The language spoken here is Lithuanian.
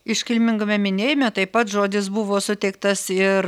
iškilmingame minėjime taip pat žodis buvo suteiktas ir